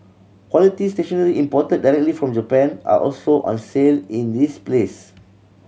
quality stationery imported directly from Japan are also on sale in this place